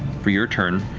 for your turn,